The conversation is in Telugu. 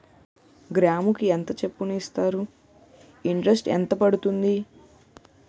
గ్రాముకి ఎంత చప్పున ఇస్తారు? ఇంటరెస్ట్ ఎంత పడుతుంది?